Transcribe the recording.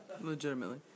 Legitimately